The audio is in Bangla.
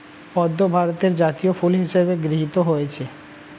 পদ্ম ভারতের জাতীয় ফুল হিসেবে গৃহীত হয়েছে